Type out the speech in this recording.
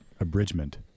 abridgment